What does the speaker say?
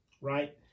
right